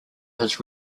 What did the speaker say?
his